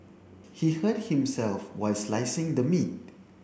he hurt himself while slicing the meat